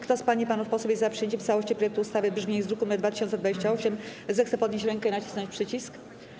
Kto z pań i panów posłów jest za przyjęciem w całości projektu ustawy w brzmieniu z druku nr 2028, zechce podnieść rękę i nacisnąć przycisk.